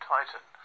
Titan